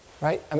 right